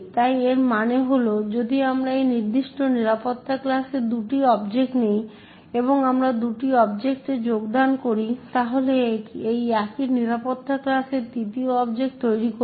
তাই এর মানে হল যে যদি আমরা একটি নির্দিষ্ট নিরাপত্তা ক্লাসে দুটি অবজেক্ট নিই এবং আমরা দুটি অবজেক্টে যোগদান করি তাহলে এটি একই নিরাপত্তা ক্লাসের তৃতীয় অবজেক্ট তৈরি করবে